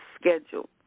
schedule